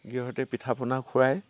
গিৰিহঁতে পিঠা পনা খুৱায়